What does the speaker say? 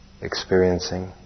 experiencing